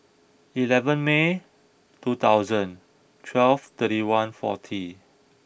eleven May two thousand twelve thirty one forty